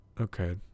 Okay